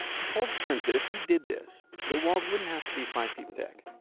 he told stearns that if he did this, the walls wouldn't have to be five feet thick.